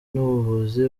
n’ubuvuzi